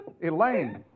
Elaine